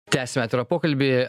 tęsiame atvirą pokalbį